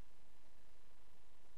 אני